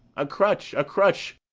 a crutch, a crutch!